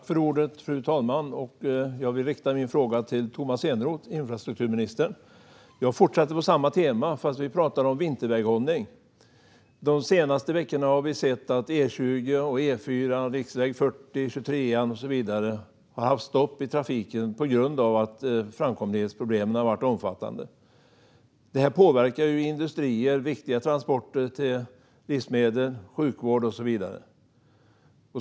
Fru talman! Jag vill rikta min fråga till infrastrukturminister Tomas Eneroth. Jag fortsätter på samma tema men vill tala om vinterväghållning. De senaste veckorna har vi sett att E20, E4, riksväg 40, riksväg 23 och så vidare har haft stopp i trafiken på grund av att framkomlighetsproblemen har varit omfattande. Detta påverkar industrier och viktiga transporter till livsmedelsbutiker och sjukvård.